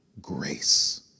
grace